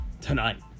tonight